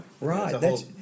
Right